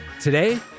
Today